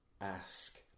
ask